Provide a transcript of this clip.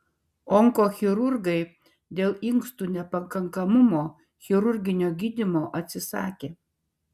onkochirurgai dėl inkstų nepakankamumo chirurginio gydymo atsisakė